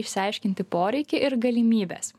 išsiaiškinti poreikį ir galimybes